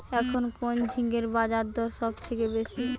এখন কোন ঝিঙ্গের বাজারদর সবথেকে বেশি?